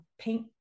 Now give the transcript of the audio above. paint